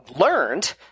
learned